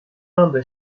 anda